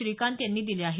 श्रीकांत यांनी दिले आहेत